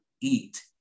eat